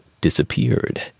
disappeared